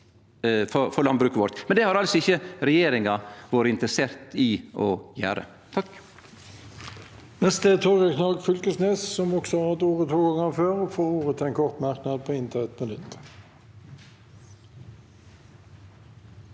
for landbruket vårt. Det har altså ikkje regjeringa vore interessert i å gjere.